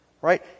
Right